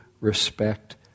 respect